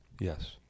Yes